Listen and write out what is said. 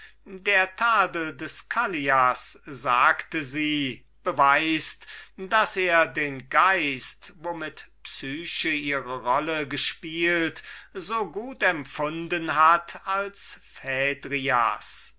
der tadel des callias sagte sie beweist daß er den geist womit psyche ihre rolle gespielt so gut empfunden hat als